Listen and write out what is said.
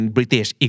British